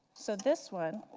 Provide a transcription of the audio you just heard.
so this one